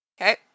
okay